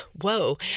Whoa